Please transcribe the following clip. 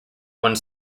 one